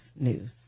news